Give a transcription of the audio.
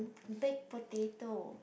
baked potato